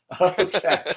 Okay